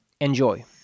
enjoy